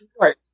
Right